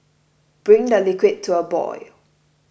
bring the liquid to a boil